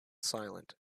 silent